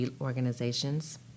organizations